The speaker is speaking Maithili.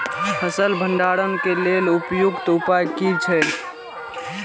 फसल भंडारण के लेल उपयुक्त उपाय कि छै?